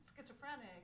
schizophrenic